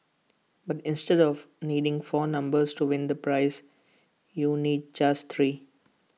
but instead of needing four numbers to win the prize you need just three